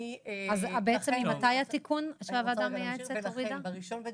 אז זה כן משרד הבריאות.